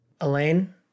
Elaine